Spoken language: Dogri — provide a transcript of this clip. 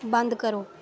बंद करो